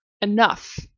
enough